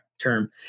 term